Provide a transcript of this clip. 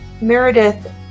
meredith